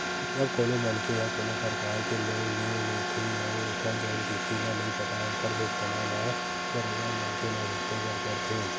जब कोनो मनखे ह कोनो परकार के लोन ले लेथे अउ ओखर जउन किस्ती ल नइ पटाय ओखर भुगतना ल बरोबर मनखे ल भुगते बर परथे